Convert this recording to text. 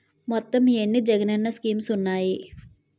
మొత్తం ఎన్ని జగనన్న స్కీమ్స్ ఉన్నాయి?